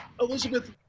Elizabeth